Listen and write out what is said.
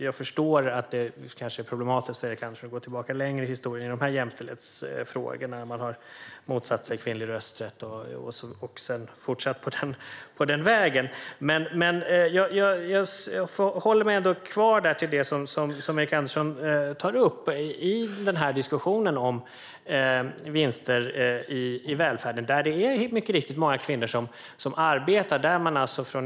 Jag förstår att det kanske är problematiskt för Erik Andersson att gå längre tillbaka i historien när det gäller jämställdhetsfrågorna; man har ju motsatt sig kvinnlig rösträtt och sedan fortsatt på den vägen. Jag håller mig ändå kvar vid det Erik Andersson tog upp i diskussionen om vinster i välfärden, där det mycket riktigt är många kvinnor som arbetar.